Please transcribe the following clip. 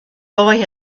boy